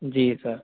جی سر